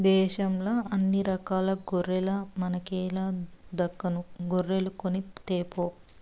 దేశంల అన్ని రకాల గొర్రెల మనకేల దక్కను గొర్రెలు కొనితేపో